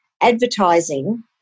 advertising